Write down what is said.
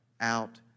out